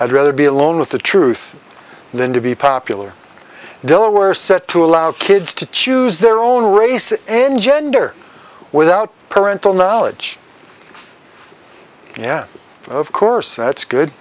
i'd rather be alone with the truth than to be popular though are set to allow kids to choose their own race and gender without parental knowledge and of course that's good